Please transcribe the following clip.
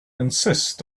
insist